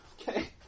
Okay